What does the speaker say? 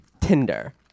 Tinder